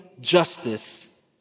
justice